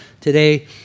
Today